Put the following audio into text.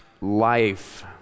life